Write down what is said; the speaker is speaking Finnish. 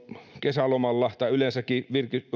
kesälomalla tai yleensäkin